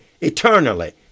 eternally